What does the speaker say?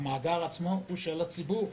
והמאגר עצמו הוא של הציבור,